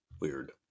weird